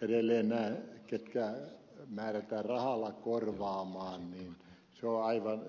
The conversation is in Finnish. edelleen näiden osalta jotka määrätään rahalla korvaamaan se on aivan